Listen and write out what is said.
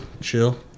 Chill